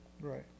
Right